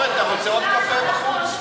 אורן, אתה רוצה עוד קפה בחוץ?